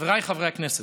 חבריי חברי הכנסת,